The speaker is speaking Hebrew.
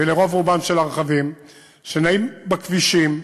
ואלה רוב-רובם של הרכבים שנעים בכבישים,